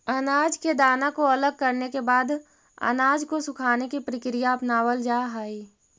अनाज के दाना को अलग करने के बाद अनाज को सुखाने की प्रक्रिया अपनावल जा हई